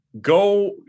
go